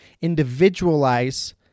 individualize